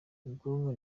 ubwonko